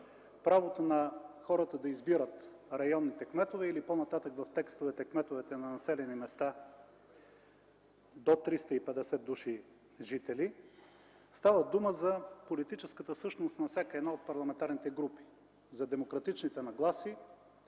правото на хората да избират районните кметове или по-нататък в текстовете – кметовете на населени места до 350 души жители, става дума за политическата същност на всяка една от парламентарните групи, за демократичните нагласи